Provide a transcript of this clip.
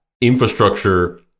infrastructure